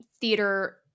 theater